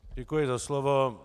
Děkuji za slovo.